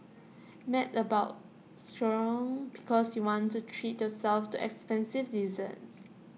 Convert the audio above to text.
mad about Sucre because you want to treat yourself to expensive desserts